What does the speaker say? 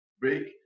break